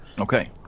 Okay